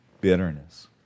bitterness